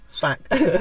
Fact